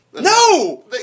No